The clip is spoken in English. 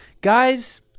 Guys